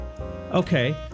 Okay